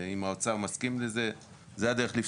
אם האוצר מסכים לזה, זו הדרך לפתור את זה.